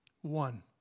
One